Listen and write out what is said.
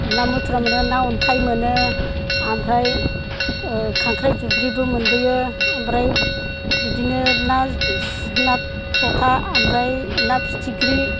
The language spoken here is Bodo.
ना मुथुरा मोनो ना अन्थाइ मोनो आमफ्राय खांख्राय जुब्रिबो मोनबोयो आमफ्राय बिदिनो ना ना थ'था आमफ्राय ना फिथिख्रि